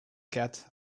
cat